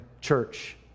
church